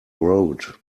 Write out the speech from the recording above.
road